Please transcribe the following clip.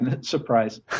surprise